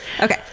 okay